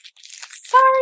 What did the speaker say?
Sorry